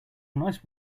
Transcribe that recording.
nice